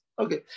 Okay